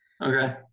Okay